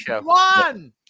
One